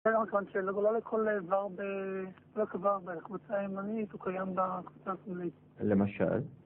(?) לא לכל איבר ב..., רק איבר בקבוצה הימנית, הוא קיים בקבוצה השמאלית למשל?